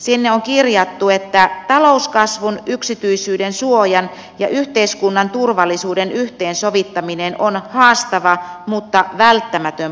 sinne on kirjattu että talouskasvun yksityisyyden suojan ja yhteiskunnan turvallisuuden yhteensovittaminen on haastava mutta välttämätön prosessi